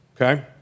Okay